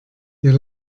ihr